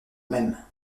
même